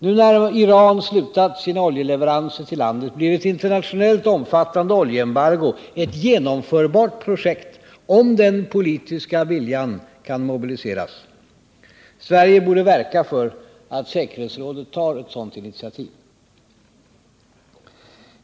Nu när Iran slutat sina oljeleveranser till landet blir ett internationellt omfattande oljeembargo ett genomförbart projekt, om den politiska viljan kan mobiliseras. Sverige borde verka för att säkerhetsrådet tar ett sådant initiativ.